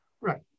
Right